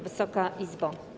Wysoka Izbo!